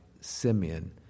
Simeon